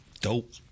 Dope